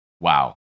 Wow